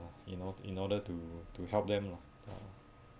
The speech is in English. you know in order to to help them lah ah